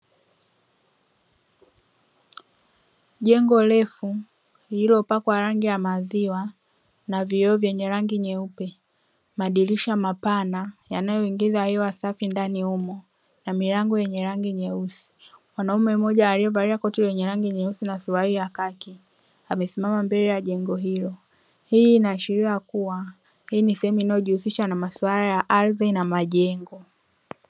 Jengo refu lilio pakwa rangi ya maziwa na vioo vyenye rangi nyeupe, madirisha mapana yanayoingiza hewa safi ndani humu, na milango yenye rangi nyeusi, mwanaume mmoja aliyevalia koti lenye rangi nyeusi na suluali ya kaki, amisimama mbele ya jengo hilo, hii inaashilia kuwa hii ni sehemu inayojihusisha na maswara ya ardi na majengo.